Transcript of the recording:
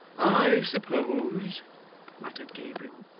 i suppose muttered gabriel,